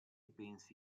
pensi